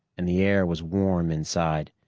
and the air was warm inside.